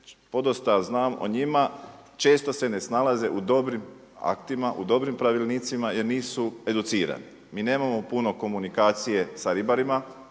podosta znam o njima. Često se ne snalaze u dobrim aktima, u dobrim pravilnicima jer nisu educirani. Mi nemamo puno komunikacije sa ribarima,